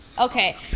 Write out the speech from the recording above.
Okay